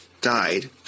died